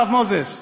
הרב מוזס,